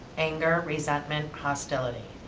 anger, resentment, hostility.